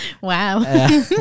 Wow